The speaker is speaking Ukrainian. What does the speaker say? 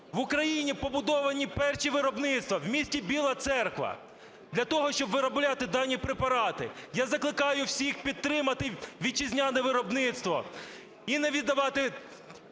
в Україні побудовані перші виробництва в місті Біла Церква для того, щоб виробляти дані препарати. Я закликаю всіх підтримати вітчизняне виробництво і не віддавати